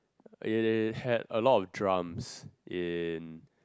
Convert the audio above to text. it had a lot of drums in